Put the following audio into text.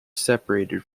separated